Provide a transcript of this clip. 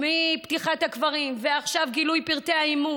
מפתיחת הקברים ועכשיו גילוי פרטי האימוץ,